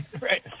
Right